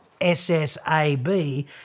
SSAB